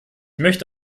möchte